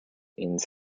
means